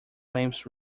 lamps